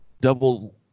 double